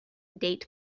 date